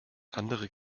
andere